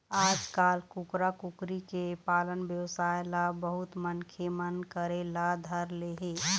आजकाल कुकरा, कुकरी के पालन बेवसाय ल बहुत मनखे मन करे ल धर ले हे